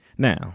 Now